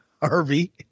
Harvey